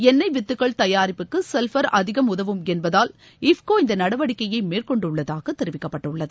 எண்ணெய் வித்துகள் தபாரிப்புக்கு அதிகம் உதவும் சல்பர் அதிகம் உதவும் என்பதால் இஃப்கோ இந்த நடவடிக்கை மேற்கொண்டுள்ளதாக தெரிவிக்கப்பட்டுள்ளது